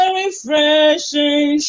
refreshing